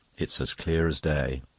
it's as clear as day.